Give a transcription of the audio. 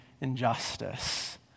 injustice